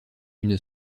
une